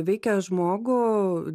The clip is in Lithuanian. veikia žmogų